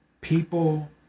people